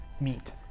meet